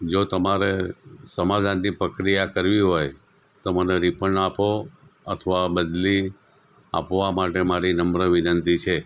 જો તમારે સમાધાનની પ્રક્રિયા કરવી હોય તો મને રિફંડ આપો અથવા બદલી આપવા માટે મારી નમ્ર વિનંતી છે